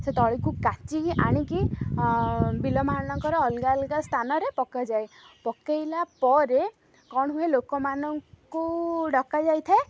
ସେ ତଳିକୁ କାଚିକି ଆଣିକି ବିଲ ମାନଙ୍କର ଅଲଗା ଅଲଗା ସ୍ଥାନରେ ପକାଯାଏ ପକାଇଲା ପରେ କ'ଣ ହୁଏ ଲୋକମାନଙ୍କୁ ଡକାଯାଇଥାଏ